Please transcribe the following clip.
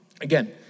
Again